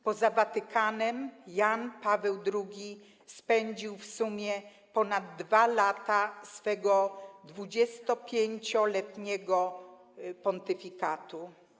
Poza Watykanem Jan Paweł II spędził w sumie ponad 2 lata swego 25-letniego pontyfikatu.